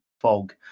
fog